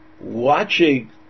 watching